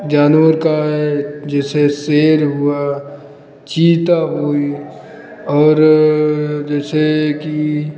जानवर का है जैसे शेर हुआ चीता हुआ और जैसे कि